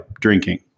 drinking